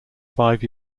five